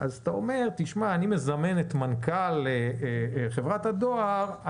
אז אתה אומר שאתה מזמן את מנכ"ל חברת הדואר,